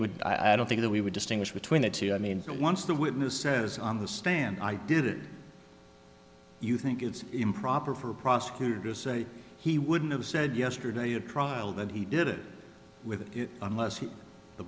would i don't think that we would distinguish between the two i mean once the witness says on the stand i did you think it's improper for a prosecutor to say he wouldn't have said yesterday a trial that he did it with unless he